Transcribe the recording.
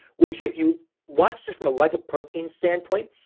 which if you watch this from a lipoprotein standpoint,